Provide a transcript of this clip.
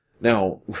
Now